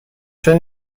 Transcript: چرا